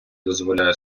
дозволяє